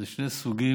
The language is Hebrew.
אלה שני סוגים